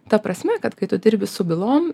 ta prasme kad kai tu dirbi su bylom